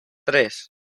tres